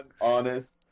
honest